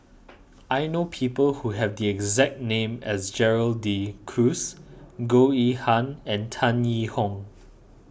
I know people who have the exact name as Gerald De Cruz Goh Yihan and Tan Yee Hong